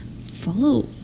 follow